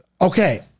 okay